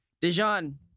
Dijon